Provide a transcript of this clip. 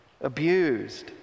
abused